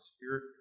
spirit